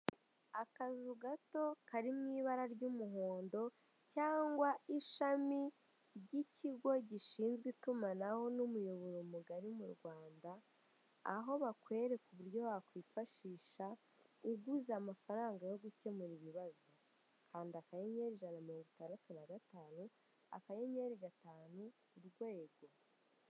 Akazu gako kari mu ibara ry'umuhondo cyangwa ishami ry'ikigo gishinzwe itumanaho n'umuyobora mugari mu Rwanda, aho bakwereka uburyo wakifashsisha uguza amafarango yo gukemura ibibazo, kanda akanyenyeri Ijana na mirongo Itandatu na Gatanu, akanyenyeri Gatanu, urwego.